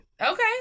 Okay